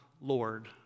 Lord